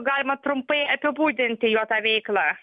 galima trumpai apibūdinti jo tą veiklą